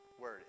word